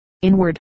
inward